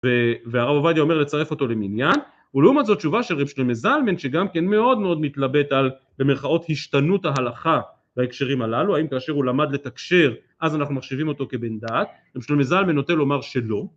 ‫והרב עובדיה אומר לצרף אותו למניין, ‫ולעומת זו תשובה של רבה שלימה זלמן, ‫שגם כן מאוד מאוד מתלבט ‫במירכאות השתנות ההלכה בהקשרים הללו, ‫האם כאשר הוא למד לתקשר, ‫אז אנחנו מחשבים אותו כבן דעת, ‫רבי זלמן נוטה לומר שלא.